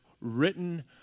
written